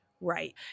Right